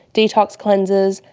detox cleanses,